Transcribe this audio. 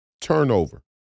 Turnover